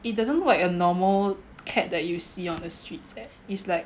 it doesn't look like a normal cat that you see on the streets leh is like